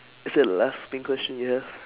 is that the last pink question yes